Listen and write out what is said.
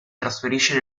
trasferisce